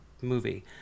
movie